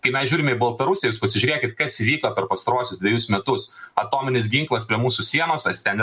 kai mes žiūrime į baltarusiją jūs pasižiūrėkit kas įvyko per pastaruosius dvejus metus atominis ginklas prie mūsų sienos jis ten ir